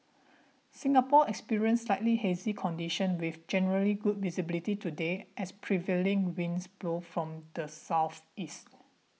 Singapore experienced slightly hazy conditions with generally good visibility today as prevailing winds blow from the southeast